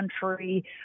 country